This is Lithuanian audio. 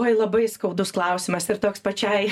jau labai skaudus klausimas ir toks pačiai